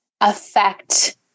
affect